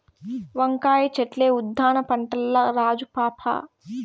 వంకాయ చెట్లే ఉద్దాన పంటల్ల రాజు పాపా